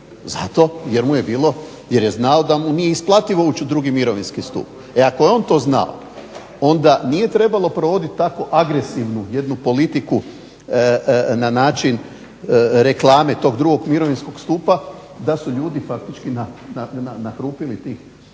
Zato jer mu je bilo, jer je znao da mu nije isplativo ući u drugi mirovinski stup. E ako je on to znao onda nije trebalo provoditi tako agresivnu jednu politiku na način reklame tog drugog mirovinskog stupa da su ljudi praktički nahrupili tih